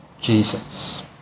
Jesus